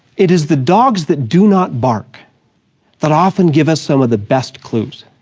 it is the dogs that do not bark that often give us some of the best clues.